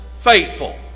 faithful